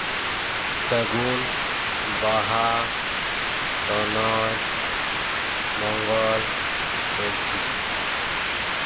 ᱥᱟᱹᱜᱩᱱ ᱵᱟᱦᱟ ᱛᱚᱱᱚᱪ ᱢᱚᱸᱜᱚᱞ ᱛᱩᱞᱥᱤ